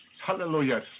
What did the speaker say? Hallelujah